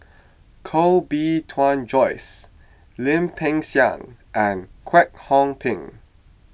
Koh Bee Tuan Joyce Lim Peng Siang and Kwek Hong Png